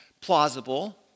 plausible